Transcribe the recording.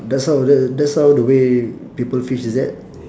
that's how the that's how the way people fish is it